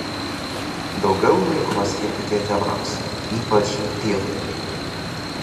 daugiau laiko skirkite tėvams ypač tėvui